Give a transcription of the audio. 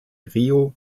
rio